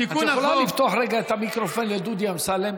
את יכולה לפתוח רגע את המיקרופון לדודי אמסלם?